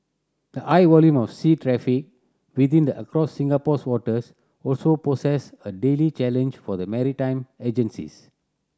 the high volume of sea traffic within the across Singapore's waters also poses a daily challenge for the maritime agencies